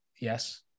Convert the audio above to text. yes